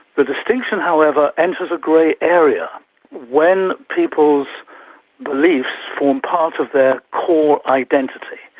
the distinction however enters a grey area when people's beliefs form part of their core identity,